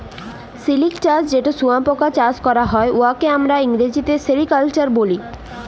সিলিক চাষ যেট শুঁয়াপকা চাষ ক্যরা হ্যয়, উয়াকে আমরা ইংরেজিতে সেরিকালচার ব্যলি